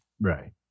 Right